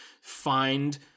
find